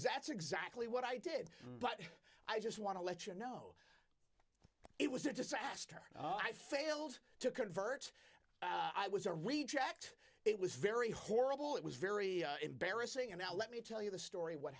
exactly exactly what i did but i just want to let you know it was a disaster i failed to convert i was a retract it was very horrible it was very embarrassing and now let me tell you the story what